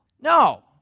No